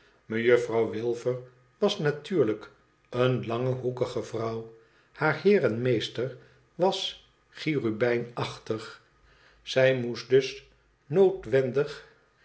mejufiouw wilfer was natuurlijk eene lange hoekige vrouw haar heer en meester was cherubijnachtig zij moest dus noodwendig